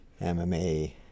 MMA